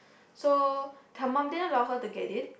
so her mum didn't allow her to get it